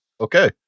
Okay